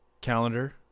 calendar